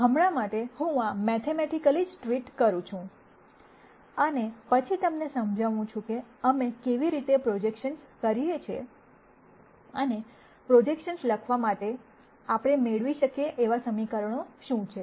હમણાં માટે હું આ મૈથેમૈટિકલી જ ટ્રીટ કરું છું અને પછી તમને સમજાવું છું કે અમે કેવી રીતે પ્રોજેકશન્સ કરીએ છીએ અને પ્રોજેકશન્સ લખવા માટે આપણે મેળવી શકીએ તેવા સમીકરણો શું છે